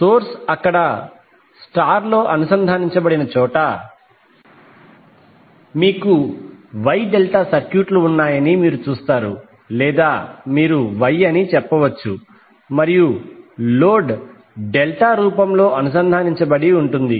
source అక్కడ star లో అనుసంధానించబడిన చోట మీకు Y ∆ సర్క్యూట్లు ఉన్నాయని మీరు చూస్తారు లేదా మీరు Y అని చెప్పవచ్చు మరియు లోడ్ డెల్టా రూపంలో అనుసంధానించబడి ఉంటుంది